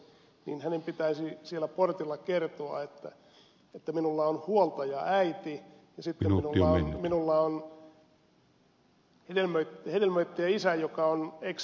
räsänen täällä totesi niin hänen pitäisi siellä portilla kertoa että minulla on huoltajaäiti ja sitten minulla on hedelmöittäjäisä joka on ex jotakin